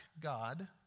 God